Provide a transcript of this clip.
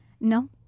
No